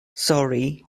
sori